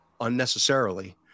unnecessarily